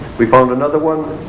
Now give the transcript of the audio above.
we found another one